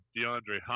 DeAndre